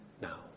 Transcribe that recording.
now